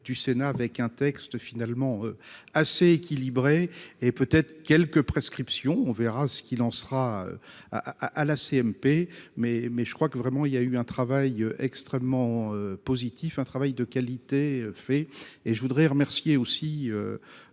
du Sénat avec un texte finalement assez équilibré et peut être quelques prescriptions, on verra ce qu'il en sera à à la CMP mais mais je crois que vraiment il y a eu un travail extrêmement positif. Un travail de qualité fait et je voudrais remercier aussi.